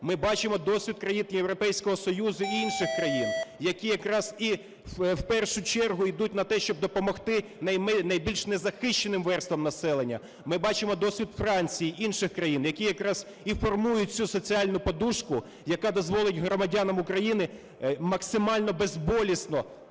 Ми бачимо досвід країн Європейського Союзу і інших країн, які якраз і в першу чергу йдуть на те, щоб допомогти найбільш незахищеним верствам населення. Ми бачимо досвід Франції, інших країн, які якраз і формують цю соціальну "подушку", яка дозволить громадянам України максимально безболісно